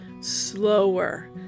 slower